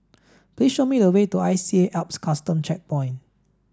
please show me a way to I C A Alps Custom Checkpoint